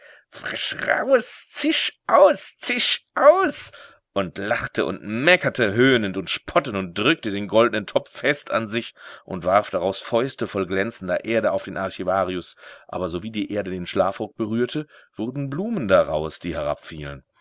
frisch raus zisch aus zisch aus und lachte und meckerte höhnend und spottend und drückte den goldnen topf fest an sich und warf daraus fäuste voll glänzender erde auf den archivarius aber sowie die erde den schlafrock berührte wurden blumen daraus die